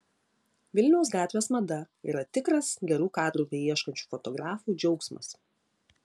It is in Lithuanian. vilniaus gatvės mada yra tikras gerų kadrų beieškančių fotografų džiaugsmas